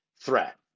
Threat